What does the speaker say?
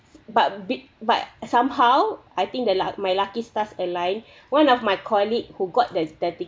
but b~ but somehow I think the luck my lucky stars align one of my colleague who got the the ticket